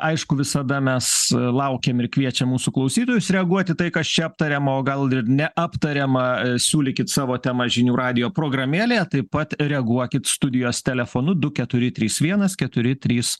aišku visada mes laukiam ir kviečiam mūsų klausytojus reaguoti tai kas čia aptariama o gal ir neaptariama siūlykit savo temas žinių radijo programėlėje taip pat reaguokit studijos telefonu du keturi trys vienas keturi trys